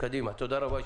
תודה רבה.